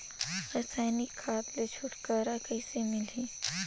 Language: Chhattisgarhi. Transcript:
रसायनिक खाद ले छुटकारा कइसे मिलही?